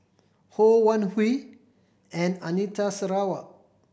Ho Wan Hui and Anita Sarawak